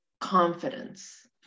confidence